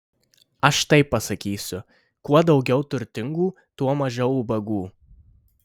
aš taip pasakysiu kuo daugiau turtingų tuo mažiau ubagų